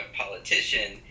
politician